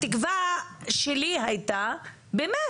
התקווה שלי הייתה, באמת